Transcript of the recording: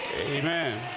Amen